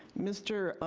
mr.